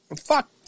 Fuck